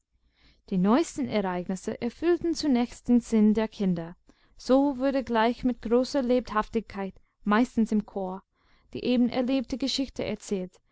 die neuesten ereignisse erfüllten zunächst den sinn der kinder so wurde gleich mit großer lebhaftigkeit meistens im chor die eben erlebte geschichte erzählt